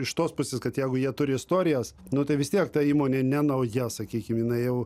iš tos pusės kad jeigu jie turi istorijas nu tai vis tiek ta įmonė ne nauja sakykime jinai jau